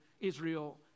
Israel